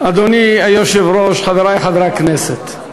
אדוני היושב-ראש, חברי חברי הכנסת,